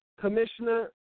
Commissioner